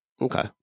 Okay